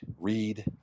read